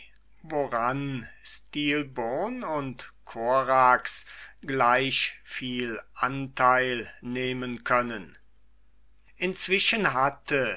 woran stilbon und korax gleichviel anteil nehmen können inzwischen hatte